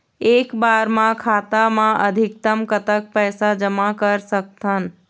एक बार मा खाता मा अधिकतम कतक पैसा जमा कर सकथन?